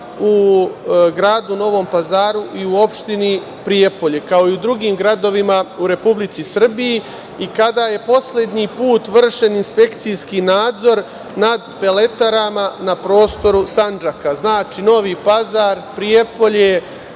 u gradu Novom Pazaru i u opštini Prijepolje, kao i u drugim gradovima u Republici Srbiji i kada je poslednji put vršen inspekcijski nadzor nad peletarama na prostoru Sandžaka? Znači, Novi Pazar, Prijepolje,